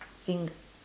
single